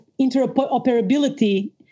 interoperability